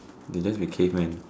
they just be caveman